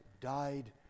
died